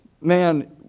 Man